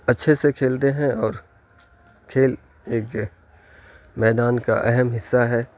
اچھے سے کھیلتے ہیں اور کھیل ایک میدان کا اہم حصہ ہے